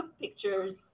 pictures